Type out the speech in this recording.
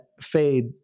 fade